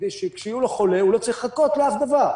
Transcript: כדי שכשיהיה לו חולה הוא לא צריך לחכות לשום דבר.